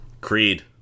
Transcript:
Creed